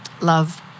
love